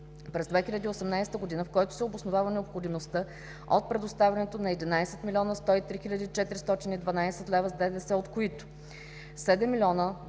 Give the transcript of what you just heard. през 2018 г., в който се обосновава необходимостта от предоставянето на 11 млн. 103 хил. 412 лв. с ДДС, от които: - 7 млн.